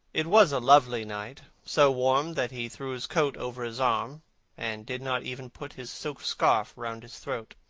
it was a lovely night, so warm that he threw his coat over his arm and did not even put his silk scarf round his throat.